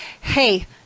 hey